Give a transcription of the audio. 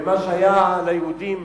ומה שהיה ליהודים